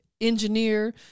engineer